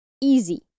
easy